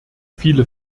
viele